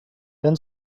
then